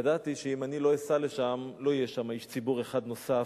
ידעתי שאם אני לא אסע לשם לא יהיה שם איש ציבור אחד נוסף.